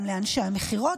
גם לאנשי המכירות.